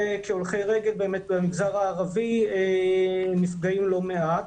והולכי רגל באמת במגזר הערבי נפגעים לא מעט.